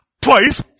twice